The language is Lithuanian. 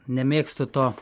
nemėgstu to